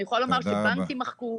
אני יכולה לומר שבנקים מחקו,